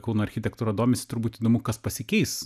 kauno architektūra domisi turbūt įdomu kas pasikeis